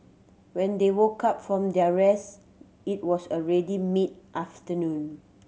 when they woke up from their rest it was already mid afternoon